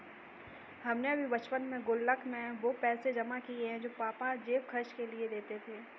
हमने भी बचपन में गुल्लक में वो पैसे जमा किये हैं जो पापा जेब खर्च के लिए देते थे